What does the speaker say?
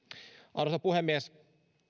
arvoisa puhemies